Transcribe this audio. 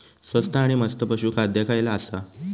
स्वस्त आणि मस्त पशू खाद्य खयला आसा?